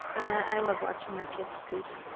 i love watching my kids sleep.